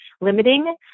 limiting